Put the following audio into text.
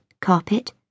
carpet